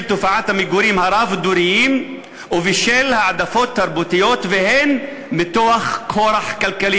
תופעת המגורים הרב-דוריים ובשל העדפות תרבותיות והן מתוך כורח כלכלי,